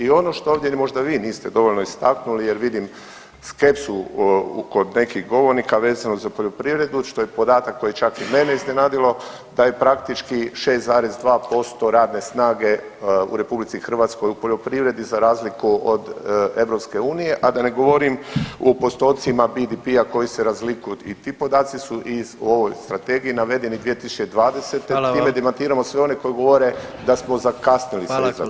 I ono što ovdje možda vi niste dovoljno istaknuli jer vidim skepsu kod nekih govornika vezano za poljoprivredu, što je podatak koji je čak i mene iznenadilo da je praktički 6,2% radne snage u RH u poljoprivredi za razliku od EU, a da ne govorim u postocima BDP-a koji se razlikuju i ti podaci su u ovoj strategiji navedeni 2020., s time demantiramo sve one koji govore da smo zakasnili s izradom strategije.